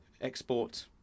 Export